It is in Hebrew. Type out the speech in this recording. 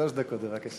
שלוש דקות, בבקשה.